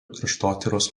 kraštotyros